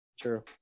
True